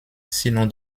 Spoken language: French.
sinon